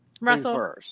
Russell